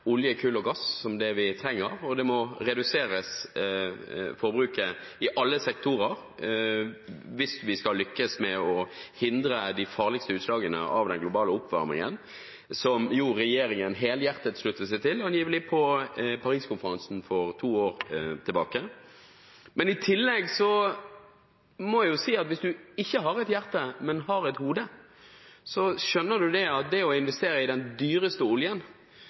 olje, kull og gass som det vi trenger. Og forbruket må reduseres i alle sektorer hvis vi skal lykkes med å hindre de farligste utslagene av den globale oppvarmingen, som jo regjeringen helhjertet sluttet seg til, angivelig, på Paris-konferansen for to år siden. I tillegg må jeg si at hvis man ikke har et hjerte, men har et hode, skjønner man at det å investere i den dyreste oljen